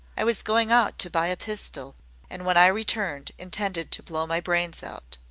i was going out to buy a pistol and when i returned intended to blow my brains out.